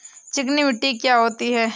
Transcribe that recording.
चिकनी मिट्टी क्या होती है?